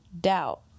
doubt